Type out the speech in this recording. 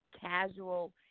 casual